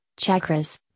chakras